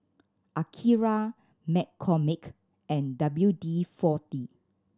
Akira McCormick and W D Forty